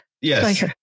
Yes